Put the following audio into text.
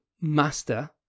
master